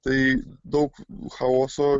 tai daug chaoso